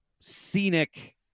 scenic